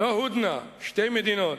לא "הודנה" שתי מדינות,